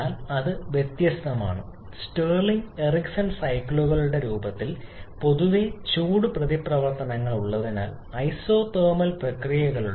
എന്നാൽ അത് വ്യത്യസ്തമാണ് സ്റ്റിർലിംഗ് എറിക്സൺ ചക്രങ്ങളുടെ രൂപത്തിൽ പൊതുവേ ചൂട് പ്രതിപ്രവർത്തനങ്ങൾ ഉള്ളതിനാൽ ഐസോതെർമൽ പ്രക്രിയകളുടെ